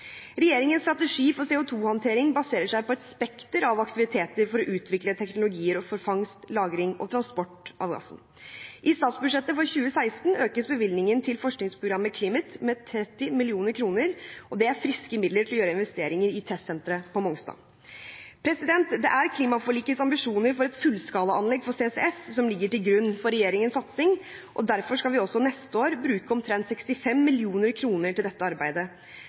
Regjeringens strategi for CO2-håndtering baserer seg på et spekter av aktiviteter for å utvikle teknologier for fangst, lagring og transport av gassen. I statsbudsjettet for 2016 økes bevilgningen til forskningsprogrammet CLIMIT med 30 mill. kr, og det er friske midler til å gjøre investeringer i testsenteret på Mongstad. Det er klimaforlikets ambisjoner for et fullskalaanlegg for CCS som ligger til grunn for regjeringens satsing, og derfor skal vi også neste år bruke omtrent 65 mill. kr til dette arbeidet.